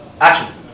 Action